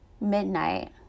midnight